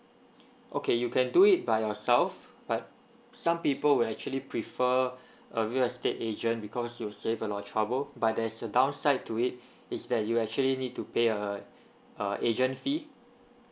okay you can do it by yourself but some people would actually prefer a real estate agent because you save a lot of trouble but there is a downside to it is that you actually need to pay a a agent fee